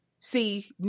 See